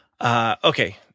Okay